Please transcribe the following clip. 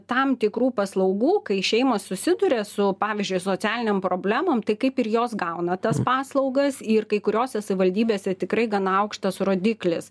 tam tikrų paslaugų kai šeimos susiduria su pavyzdžiui socialinėm problemom tai kaip ir jos gauna tas paslaugas ir kai kuriose savivaldybėse tikrai gana aukštas rodiklis